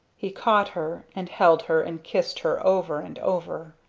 he caught her and held her and kissed her over and over.